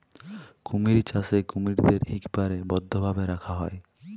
কুমির চাষে কুমিরদ্যার ইকবারে বদ্ধভাবে রাখা হ্যয়